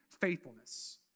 faithfulness